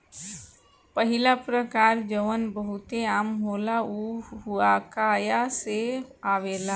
पहिला प्रकार जवन बहुते आम होला उ हुआकाया से आवेला